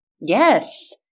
Yes